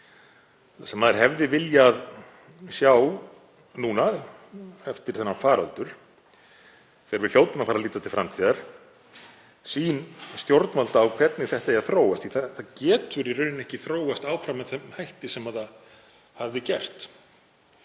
Maður hefði viljað sjá núna, eftir þennan faraldur þegar við hljótum að fara að líta til framtíðar, sýn stjórnvalda á hvernig þetta eigi að þróast því að það getur í rauninni ekki þróast áfram með þeim hætti sem það hafði gert.